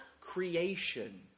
creation